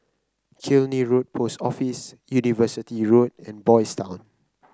Killiney Road Post Office University Road and Boys' Town